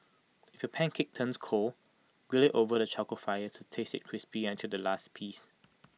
if your pancake turns cold grill IT over the charcoal fire to taste IT crispy until the last piece